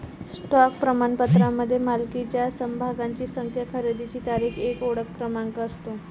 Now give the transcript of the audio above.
stock प्रमाणपत्रामध्ये मालकीच्या समभागांची संख्या, खरेदीची तारीख, एक ओळख क्रमांक असतो